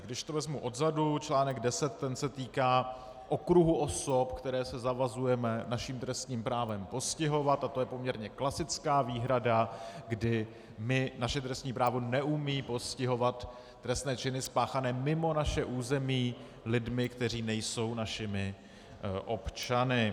Když to vezmu odzadu, článek 10 se týká okruhu osob, které se zavazujeme naším trestním právem postihovat, a to je poměrně klasická výhrada, kdy my, naše trestní právo neumí postihovat trestné činy spáchané mimo naše území lidmi, kteří nejsou našimi občany.